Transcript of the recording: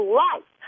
life